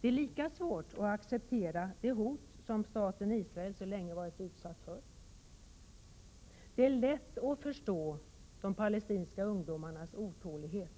Det är lika svårt att acceptera det hot som staten Israel så länge har utsatts för. Det är lätt att förstå de palestinska ungdomarnas otålighet.